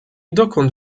dokąd